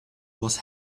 was